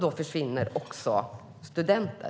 Då försvinner också studenter.